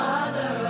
Father